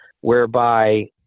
whereby